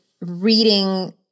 reading